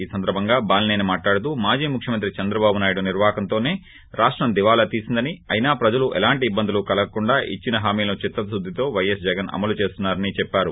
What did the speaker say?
ఈ సందర్సంగా బాలిసేని మాట్హడుతూ మాజీ ముఖ్యమంత్రి చంద్రబాబు నాయుడు నిర్సాకంతోసే రాష్టం దివాలా తీసిందని అయినా ప్రజలకు ఎలాంటి ఇబ్బందులు కలగకుండా ఇచ్చిన హామీలను చిత్తశుద్ధితో వైఎస్ జగన్ అమలు చేస్తున్నారని చెప్పారు